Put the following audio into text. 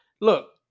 look